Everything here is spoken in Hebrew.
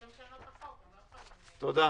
תודה.